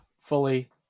Fully